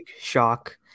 shock